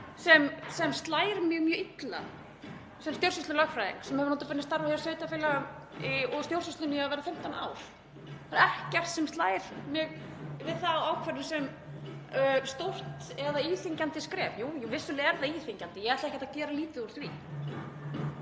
sem slær mig mjög illa sem stjórnsýslulögfræðing, sem hefur nota bene starfað hjá sveitarfélögum og stjórnsýslunni í að verða 15 ár. Það er ekkert sem slær mig við þá ákvörðun sem stórt eða íþyngjandi skref. Jú, jú, vissulega er það íþyngjandi, ég ætla ekkert að gera lítið úr því.